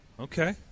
Okay